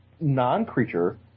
non-creature